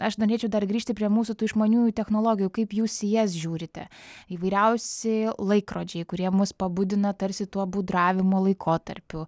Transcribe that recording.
aš norėčiau dar grįžti prie mūsų tų išmaniųjų technologijų kaip jūs į jas žiūrite įvairiausi laikrodžiai kurie mus pabudina tarsi tuo būdravimo laikotarpiu